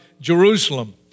Jerusalem